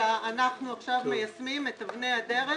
אלא אנחנו עכשיו מיישמים את אבני הדרך